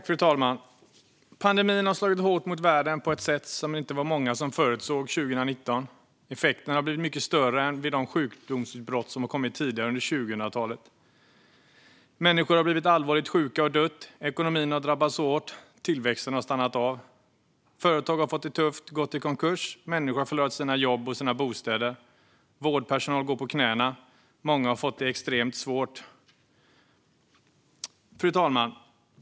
Fru talman! Pandemin har slagit hårt mot världen på ett sätt som inte många förutsåg 2019. Effekterna har blivit mycket större än vid de sjukdomsutbrott som kommit tidigare under 2000-talet. Människor har blivit allvarligt sjuka och dött. Ekonomin har drabbats hårt. Tillväxten har stannat av. Företag har fått det tufft och gått i konkurs. Människor har förlorat sina jobb och sina bostäder. Vårdpersonal går på knäna. Många har fått det extremt svårt. Fru talman!